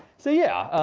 so yeah,